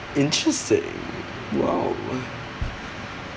interesting !wow!